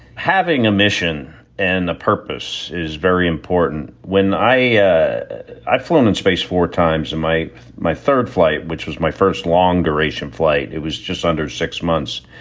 having a mission and the purpose is very important. when i yeah i've flown in space four times and my my third flight, which was my first long duration flight, it was just under six months.